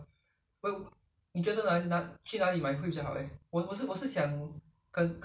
from N_T_U_C okay lah but the bean curd I can buy from the market 可以我可以去巴刹买那个